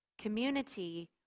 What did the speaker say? Community